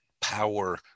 power